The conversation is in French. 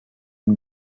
une